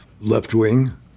left-wing